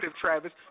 Travis